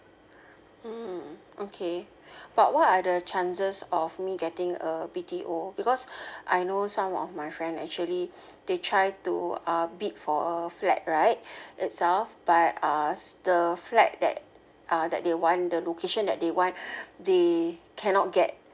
mm okay but what are the chances of me getting a B_T_O because I know some of my friend actually they try to uh bid for a flat right itself but uh the flat that uh that they want the location that they want they cannot get